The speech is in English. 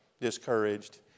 discouraged